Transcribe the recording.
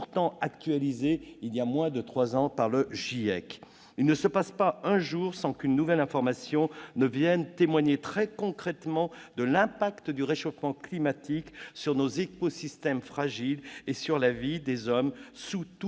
pourtant actualisés il y a moins de trois ans. Il ne passe pas un jour sans qu'une nouvelle information ne vienne témoigner, très concrètement, de l'impact du réchauffement climatique sur nos écosystèmes fragiles et sur la vie des hommes sous toutes